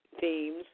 themes